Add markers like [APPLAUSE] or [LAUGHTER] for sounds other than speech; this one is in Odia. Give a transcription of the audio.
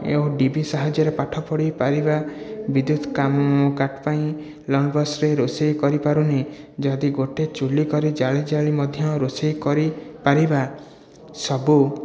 ଓ ଡିବି ସାହାଯ୍ୟରେ ପାଠ ପଢ଼ି ପାରିବା ବିଦ୍ୟୁତ କାଟ ପାଇଁ [UNINTELLIGIBLE] ରୋଷେଇ କରିପାରୁନେ ଯଦି ଗୋଟେ ଚୁଲି କରି ଜାଳି ଜାଳି ମଧ୍ୟ ରୋଷେଇ କରି ପାରିବା ସବୁ